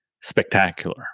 spectacular